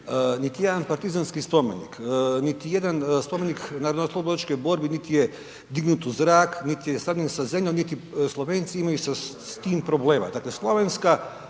niti jedan partizanski spomenik, niti jedan spomenik narodnooslobodilačkoj borbi niti je dignut u zrak, niti je sravnjen sa zemljom, niti Slovenci imaju sa tim problema. Dakle, Slovenska